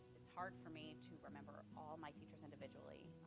it's hard for me to remember all my teachers individually,